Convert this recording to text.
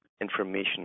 information